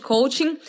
Coaching